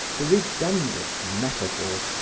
the redundant metaphors,